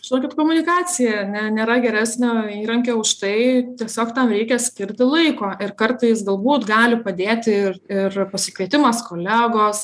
žinokit komunikacija ne nėra geresnio įrankio už tai tiesiog tam reikia skirti laiko ir kartais galbūt gali padėti ir ir pasikvietimas kolegos